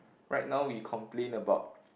right now we complain about